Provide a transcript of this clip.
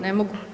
Ne mogu?